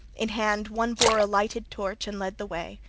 in hand one bore a lighted torch and led the way.